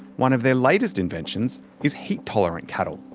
one of their latest innovations is heat-tolerant cattle.